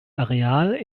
areal